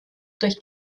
durch